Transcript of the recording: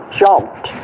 jumped